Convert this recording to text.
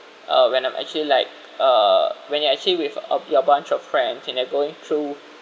uh when I'm actually like uh when you're actually with a your bunch of friends and they're going through